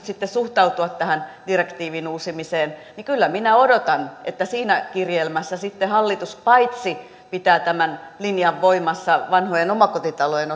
sitten suhtautua tähän direktiivin uusimiseen kyllä minä odotan että siinä kirjelmässä hallitus paitsi pitää tämän linjan voimassa vanhojen omakotitalojen